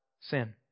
sin